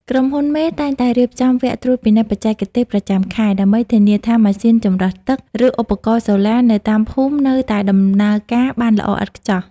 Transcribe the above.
ក្រុមហ៊ុនមេតែងតែរៀបចំ "វគ្គត្រួតពិនិត្យបច្ចេកទេសប្រចាំខែ" ដើម្បីធានាថាម៉ាស៊ីនចម្រោះទឹក ឬឧបករណ៍សូឡានៅតាមភូមិនៅតែដំណើរការបានល្អឥតខ្ចោះ។